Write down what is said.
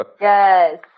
yes